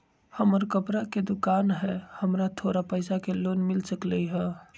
हमर कपड़ा के दुकान है हमरा थोड़ा पैसा के लोन मिल सकलई ह?